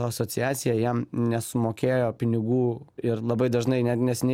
asociacija jam nesumokėjo pinigų ir labai dažnai net neseniai